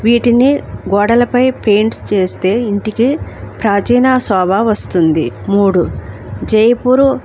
వీటిని గోడలపై పెయింట్ చేస్తే ఇంటికి ప్రాచీన శోభ వస్తుంది మూడు జయపూరు